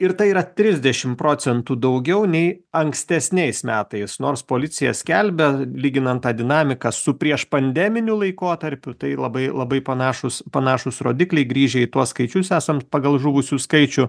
ir tai yra trisdešimt procentų daugiau nei ankstesniais metais nors policija skelbia lyginant tą dinamiką su prieš pandeminiu laikotarpiu tai labai labai panašūs panašūs rodikliai grįžę į tuos skaičius esant pagal žuvusių skaičių